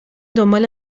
دنبال